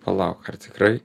palauk ar tikrai